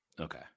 Okay